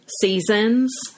seasons